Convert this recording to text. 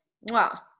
Wow